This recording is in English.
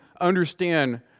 understand